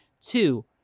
two